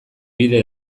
bide